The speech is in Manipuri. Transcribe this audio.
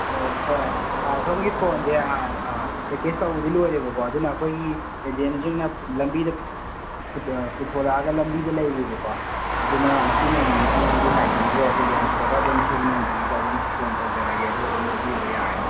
ꯑꯥꯎ ꯍꯣꯏ ꯁꯣꯝꯒꯤ ꯐꯣꯟꯁꯦ ꯑꯥ ꯑꯥ ꯄꯦꯀꯦꯖ ꯇꯧꯕꯗꯤ ꯂꯣꯏꯔꯦꯕꯀꯣ ꯑꯗꯨꯅ ꯑꯧꯈꯣꯏꯒꯤ ꯑꯦꯖꯦꯟꯁꯤꯡꯅ ꯂꯝꯕꯤꯗ ꯄꯨꯊꯣꯔꯑꯒ ꯂꯝꯕꯤꯗ ꯂꯩꯔꯤꯕꯀꯣ ꯑꯗꯨꯅ ꯉꯁꯤ ꯅꯣꯡꯅꯤꯅꯁꯤꯗꯪꯗꯤ ꯉꯥꯏꯕꯤꯈꯣ ꯑꯗꯨꯒ ꯌꯧꯔꯛꯄꯒ ꯑꯗꯨꯝ ꯁꯤꯒꯤ ꯅꯝꯕꯔꯁꯤꯗ ꯑꯗꯨꯝ ꯐꯣꯟ ꯇꯧꯖꯔꯑꯒꯦ ꯑꯗꯨꯒ ꯑꯗꯨꯝ ꯂꯧꯕꯤꯕ ꯌꯥꯔꯅꯤ